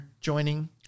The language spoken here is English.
joining